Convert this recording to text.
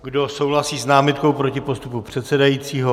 Kdo souhlasí s námitkou proti postupu předsedajícího?